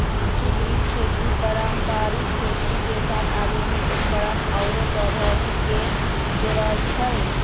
एकीकृत खेती पारंपरिक खेती के साथ आधुनिक उपकरणअउर प्रौधोगोकी के जोरई छई